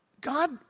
God